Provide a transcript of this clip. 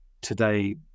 today